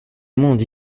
monde